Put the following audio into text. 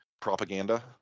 propaganda